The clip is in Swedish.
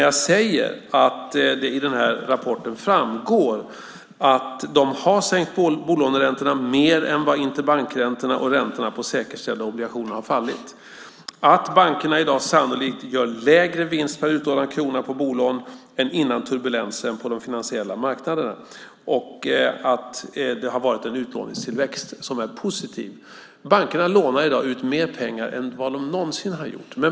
Jag säger att det i den här rapporten framgår att bankerna har sänkt bolåneräntorna mer än vad interbankräntorna och räntorna på säkerställda obligationer har fallit. Bankerna gör i dag sannolikt lägre vinst per utlånad krona på bolån än före turbulensen på de finansiella marknaderna. Det har varit en utlåningstillväxt som är positiv. Bankerna lånar i dag ut mer pengar än vad de någonsin har gjort.